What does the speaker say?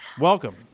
welcome